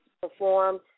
perform